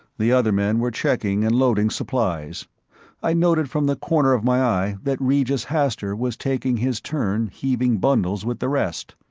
the other men were checking and loading supplies i noted from the corner of my eye that regis hastur was taking his turn heaving bundles with the rest.